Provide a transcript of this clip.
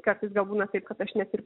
kartais gal būna taip kad aš net ir